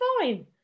fine